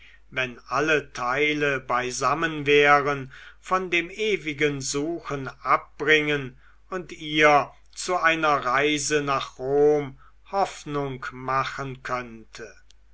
wenn alle teile beisammen wären von dem ewigen suchen abbringen und ihr zu einer reise nach rom hoffnung machen könnte